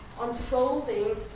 unfolding